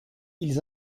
ils